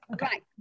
Right